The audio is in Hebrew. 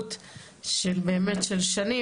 המשילות של באמת של שנים,